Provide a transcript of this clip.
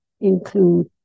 include